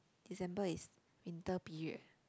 December is winter period